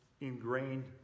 ingrained